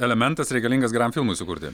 elementas reikalingas geram filmui sukurti